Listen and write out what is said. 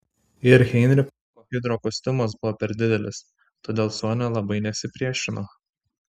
ir heinricho hidrokostiumas buvo per didelis todėl sonia labai nesipriešino